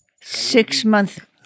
Six-month